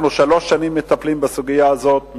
אנחנו שלוש שנים מטפלים בסוגיה הזאת,